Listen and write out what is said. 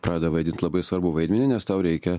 pradeda vaidint labai svarbų vaidmenį nes tau reikia